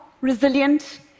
resilient